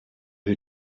who